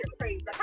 crazy